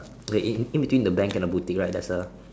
wait in in between the bank and the boutique right there's a